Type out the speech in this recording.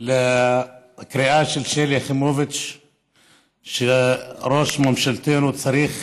לקריאה של שלי יחימוביץ שראש ממשלתנו צריך